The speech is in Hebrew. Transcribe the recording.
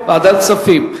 ועדת כספים.